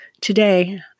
Today